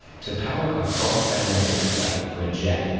to power a cross-atlantic flight for a jet,